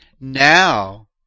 Now